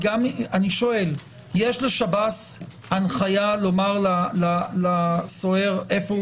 יש לשב"ס הנחיה לומר לסוהר?